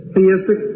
Theistic